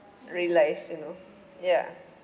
realise you know ya